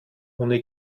ohne